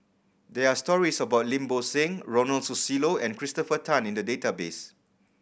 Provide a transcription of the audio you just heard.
there are stories about Lim Bo Seng Ronald Susilo and Christopher Tan in the database